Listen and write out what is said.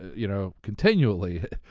you know, continually.